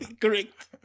Correct